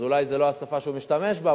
אז אולי זאת לא השפה שהוא משתמש בה,